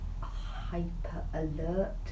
hyper-alert